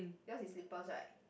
yours is slippers right